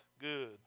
good